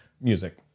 Music